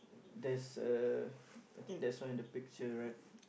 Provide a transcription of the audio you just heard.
there's a I think there's one in the picture right